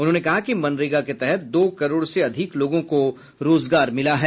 उन्होंने कहा कि मनरेगा के तहत दो करोड़ से अधिकलोगों को रोजगार मिला है